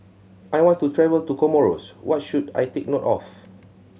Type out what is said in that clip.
I want to travel to Comoros what should I take note of